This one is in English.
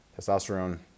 testosterone